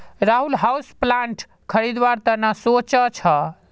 Rahul houseplant खरीदवार त न सो च छ